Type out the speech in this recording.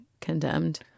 condemned